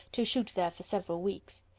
to shoot there for several weeks.